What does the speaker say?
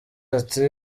ati